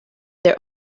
their